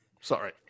Sorry